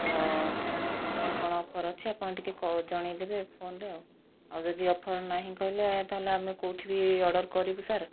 ତ କ'ଣ କ'ଣ ଅଫର୍ ଅଛି ଆପଣ ଟିକିଏ ଜଣାଇ ଦେବେ ଫୋନରେ ଆଉ ଆଉ ଯଦି ଅଫର୍ ନାହିଁ କହିଲେ ତା'ହେଲେ ଆମେ କେଉଁଠି ବି ଅର୍ଡ଼ର କରିବୁ ସାର୍